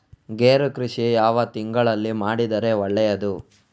ಗೇರು ಕೃಷಿ ಯಾವ ತಿಂಗಳಲ್ಲಿ ಮಾಡಿದರೆ ಒಳ್ಳೆಯದು?